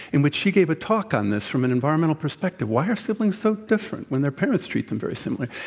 in which she gave a talk on this from an environmental perspective. why are siblings so different when their parents treat them very similarly?